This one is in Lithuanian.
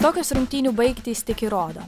tokios rungtynių baigtys tik įrodo